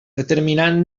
determinant